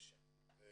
מבקש לומר משפט.